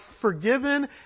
forgiven